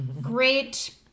great